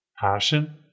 passion